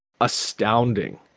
astounding